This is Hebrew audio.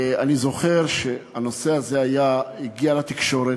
אני זוכר שהנושא הזה הגיע לתקשורת,